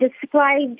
described